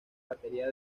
batería